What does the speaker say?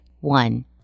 one